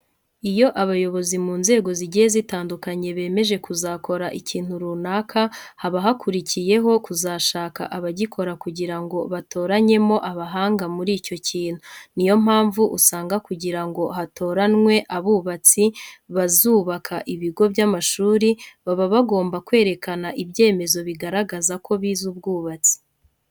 Iyo abayobozi mu nzego zigiye zitandukanye bemeje kuzakora ikintu runaka, haba hakurikiyeho kuzashaka abagikora kugira ngo batoranyemo abahanga muri icyo kintu. Niyo mpamvu usanga kugira ngo hatoranwe abubatsi bazubaka ibigo by'amashuri, baba bagomba kwerekana ibyemezo bigaragaza ko bize ubwubatsi.